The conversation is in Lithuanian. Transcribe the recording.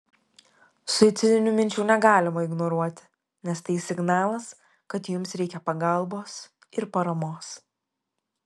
suicidinių minčių negalima ignoruoti nes tai signalas kad jums reikia pagalbos ir paramos